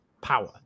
power